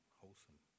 wholesome